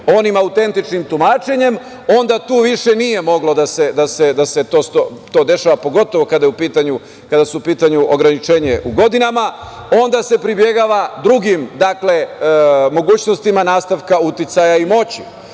onim autentičnim tumačenjem, onda tu više nije moglo da se to dešava, pogotovo kada je u pitanju ograničenje u godinama. Onda se pribegava drugim mogućnostima nastavka uticaja i moći. Mi,